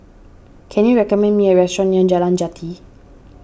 can you recommend me a restaurant near Jalan Jati